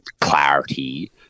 clarity